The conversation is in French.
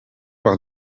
par